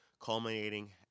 culminating